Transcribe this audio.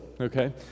okay